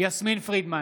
יסמין פרידמן,